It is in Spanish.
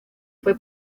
fue